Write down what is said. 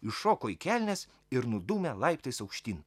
įšoko į kelnes ir nudūmė laiptais aukštyn